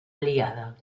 aliada